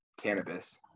cannabis